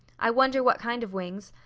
i wonder what kind of wings.